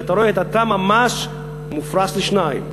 ואתה רואה את התא ממש מופרד לשניים.